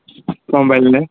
গম পালি নে